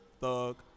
Thug